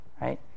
right